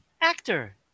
actor